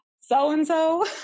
so-and-so